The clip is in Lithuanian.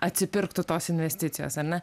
atsipirktų tos investicijos ar ne